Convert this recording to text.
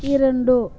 இரண்டு